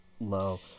low